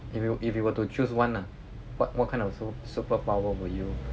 if you if you were to choose one ah what what kind of su~ superpower will you